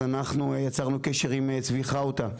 אז אנחנו יצרנו קשר עם צבי חאוטה,